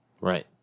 Right